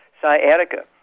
sciatica